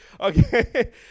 Okay